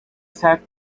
sert